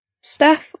Staff